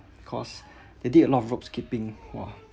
cause they did a lot of ropes skipping !wah!